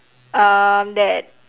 um that